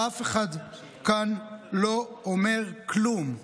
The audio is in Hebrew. ואף אחד כאן לא אומר כלום.